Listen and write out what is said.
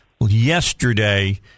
yesterday